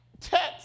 text